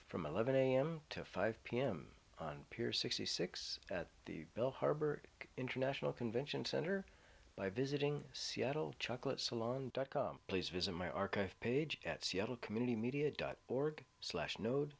from eleven am to five pm on pier sixty six at the bill harbor international convention center by visiting seattle chocolate salon dot com please visit my archive page at seattle community media dot org slash no